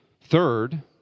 Third